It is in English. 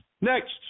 Next